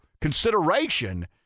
consideration